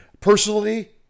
personally